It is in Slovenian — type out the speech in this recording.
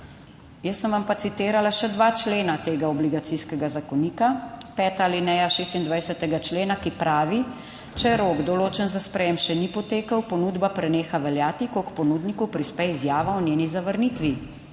Jaz sem vam pa citirala še 2 člena tega Obligacijskega zakonika, peta alineja 26. člena, ki pravi, "Če rok, določen za sprejem, še ni potekel, ponudba preneha veljati, ko k ponudniku prispe izjava o njeni zavrnitvi."